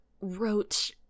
wrote